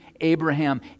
Abraham